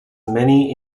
many